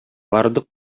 бардык